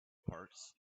parts